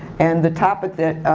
and the topic that,